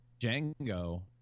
Django